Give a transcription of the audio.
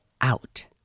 out